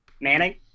Manning